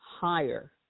higher